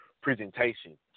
presentation